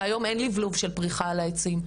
כי היום אין לבלוב של פריחה על העצים,